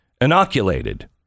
inoculated